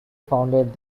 founded